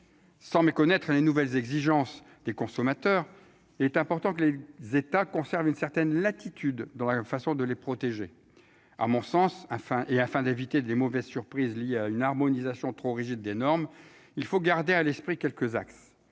sans méconnaître les nouvelles exigences des consommateurs est important que les États conservent une certaine latitude dans la façon de les protéger, à mon sens afin et afin d'éviter les mauvaises surprises liées à une harmonisation trop rigide d'énormes, il faut garder à l'esprit quelques axes